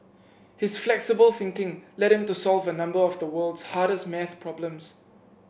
his flexible thinking led him to solve a number of the world's hardest math problems